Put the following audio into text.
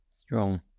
strong